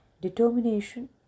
Determination